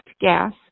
gas